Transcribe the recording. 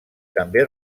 també